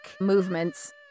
movements